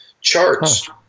charts